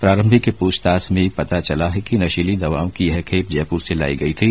प्रारंभिक पूछताछ में पता चला है कि नशीली दवाओं की यह खेप जयपुर से लाई गई थी